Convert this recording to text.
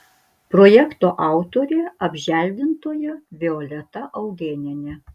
projekto autorė apželdintoja violeta augėnienė